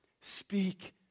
Speak